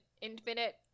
Infinite